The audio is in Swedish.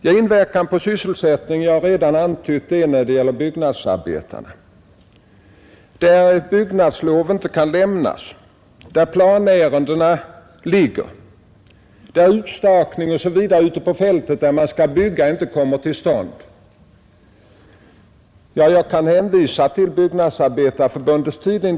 Den inverkan på sysselsättningen som jag redan nämnt gäller främst byggnadsbranschen; byggnadslov kan inte lämnas, planärenden blir liggande, utstakning ute på fältet kommer inte till stånd. Jag kan hänvisa till Byggnadsarbetareförbundets tidning.